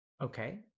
Okay